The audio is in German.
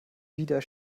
wieder